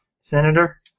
Senator